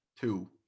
Two